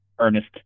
Ernest